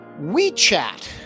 WeChat